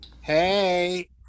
Hey